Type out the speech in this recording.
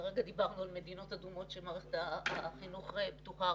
כרגע דיברנו על מדינות אדומות שמערכת החינוך פתוחה,